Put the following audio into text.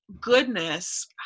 goodness